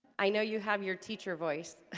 i know you have your teacher voice